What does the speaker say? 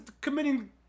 committing